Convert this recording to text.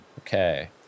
Okay